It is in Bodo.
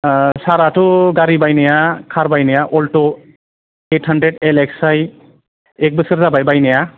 सारआथ' गारि बायनाया कार बायनाया Alto eight hundred L X I एक बोसोर जाबाय बायनाया